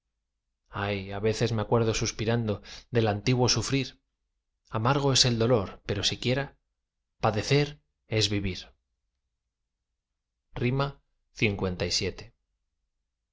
ay á veces me acuerdo suspirando del antiguo sufrir amargo es el dolor pero siquiera padecer es vivir lvii